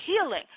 healing